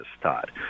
Todd